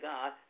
God